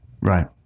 right